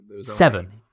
seven